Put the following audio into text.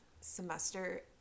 semester